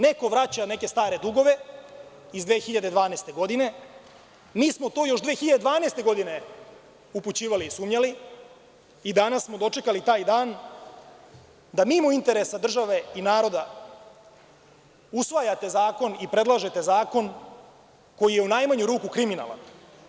Neko vraća neke stare dugove iz 2012. godine, a mi smo na to još 2012. godine upućivali i sumnjali i danas smo dočekali taj dan da mimo interesa države i naroda usvajate zakon i predlažete zakon koji je u najmanju ruku kriminalan.